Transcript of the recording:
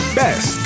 best